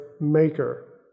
Maker